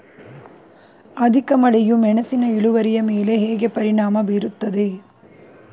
ಅಧಿಕ ಮಳೆಯು ಮೆಣಸಿನ ಇಳುವರಿಯ ಮೇಲೆ ಹೇಗೆ ಪರಿಣಾಮ ಬೀರುತ್ತದೆ?